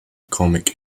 comic